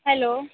hello